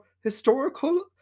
historical